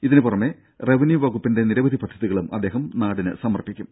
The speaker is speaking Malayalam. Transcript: ഇതിന്റെ പുറമെ റവന്യൂ വകുപ്പിന്റെ നിരവധി പദ്ധതികളും അദ്ദേഹം നാടിന് സമർപ്പിക്കും